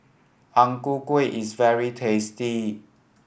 Ang Ku Kueh is very tasty